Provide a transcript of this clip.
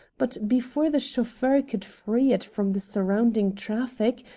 but before the chauffeur could free it from the surrounding traffic,